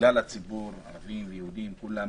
לכלל הציבור, ערבים ויהודים, כולם,